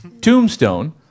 Tombstone